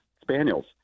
spaniels